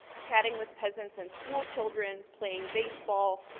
chatting with peasants and schoolchildren, playing baseball,